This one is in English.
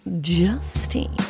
Justine